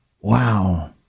Wow